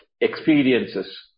experiences